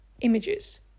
images